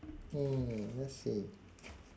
mm let's see